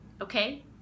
Okay